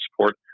support